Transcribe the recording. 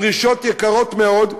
דרישות יקרות מאוד,